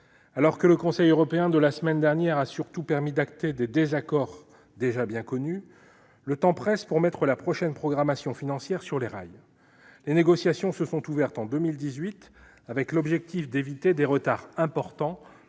Alors que le Conseil européen de la semaine dernière a surtout permis de constater des désaccords déjà bien connus, le temps presse pour mettre la prochaine programmation financière sur les rails. Les négociations se sont ouvertes en 2018, avec l'objectif d'éviter des retards importants